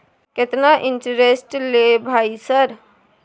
केतना इंटेरेस्ट ले भाई सर?